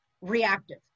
reactive